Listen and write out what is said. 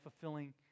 fulfilling